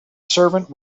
servant